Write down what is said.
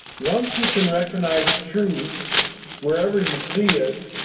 once you can recognize truth wherever you see it,